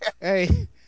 Hey